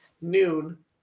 noon